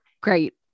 great